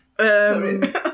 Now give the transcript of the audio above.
Sorry